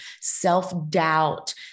self-doubt